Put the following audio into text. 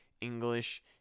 english